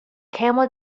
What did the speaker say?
camel